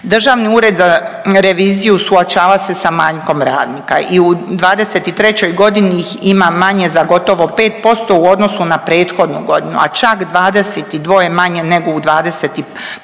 Državni ured za reviziju suočava se sa manjkom radnika i u '23.g. ih ima manje za gotovo 5% u odnosu na prethodnu godinu, a čak 22 manje nego u